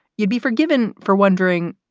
you'd be forgiven for wondering,